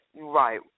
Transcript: Right